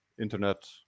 internet